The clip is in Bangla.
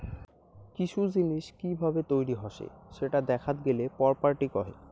কিসু জিনিস কি ভাবে তৈরী হসে সেটা দেখাত গেলে প্রপার্টি কহে